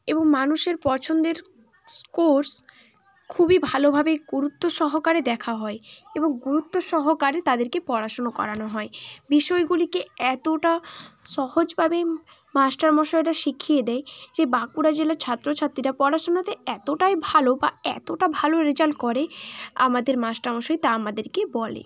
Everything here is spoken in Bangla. এবং মানুষের পছন্দের সো কোর্স খুবই ভালোভাবে গুরুত্ব সহকারে দেখা হয় এবং গুরুত্ব সহকারে তাদেরকে পড়াশুনো করানো হয় বিষয়গুলিকে এতোটা সহজভাবে মাস্টারমশাইরা শিখিয়ে দেয় যে বাঁকুড়া জেলার ছাত্রছাত্রীরা পড়াশুনাতে এতোটাই ভালো বা এতোটা ভালো রেজাল্ট করে আমাদের মাস্টারমশাই তা আমাদেরকে বলে